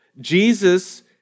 Jesus